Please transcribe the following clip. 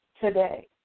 today